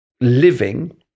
living